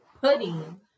Pudding